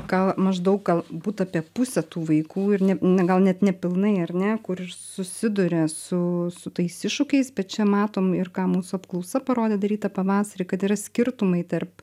gal maždaug būtų apie pusė tų vaikų ir ne gal net nepilnai ar ne kur ir susiduria su su tais iššūkiais bet čia matom ir ką mūsų apklausa parodė daryta pavasarį kad yra skirtumai tarp